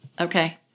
Okay